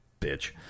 Bitch